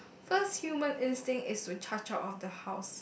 first human instinct is to charge out of the house